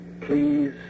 Please